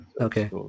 okay